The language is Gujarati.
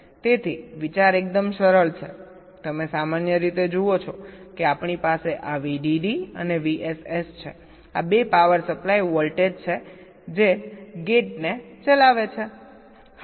તેથી વિચાર એકદમ સરળ છે તમે સામાન્ય રીતે જુઓ છો કે આપણી પાસે આ VDD અને VSS છે આ બે પાવર સપ્લાય વોલ્ટેજ છે જે દરવાજાને ચલાવે છે